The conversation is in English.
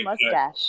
mustache